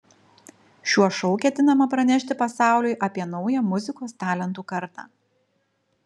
šiuo šou ketinama pranešti pasauliui apie naują muzikos talentų kartą